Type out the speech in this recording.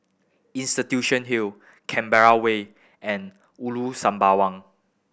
Institution Hill Canberra Way and Ulu Sembawang